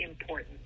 important